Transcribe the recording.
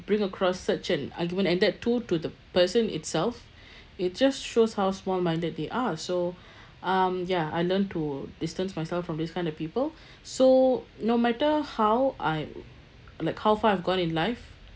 bring across such an argument and then told to the person itself it just shows how small-minded they are so um ya I learned to distance myself from this kind of people so no matter how I like how far I've gone in life